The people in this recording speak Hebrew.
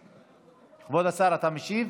כבוד השר, אתה משיב?